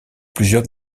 plusieurs